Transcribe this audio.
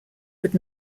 could